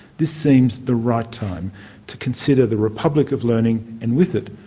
this seems the right time to consider the republic of learning and, with it,